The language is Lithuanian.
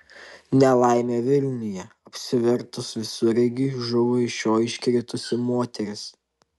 nelaimė vilniuje apsivertus visureigiui žuvo iš jo iškritusi moteris